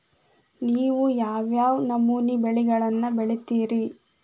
ನೇವು ಯಾವ್ ಯಾವ್ ನಮೂನಿ ಬೆಳಿಗೊಳನ್ನ ಬಿತ್ತತಿರಿ?